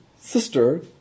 sister